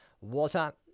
Water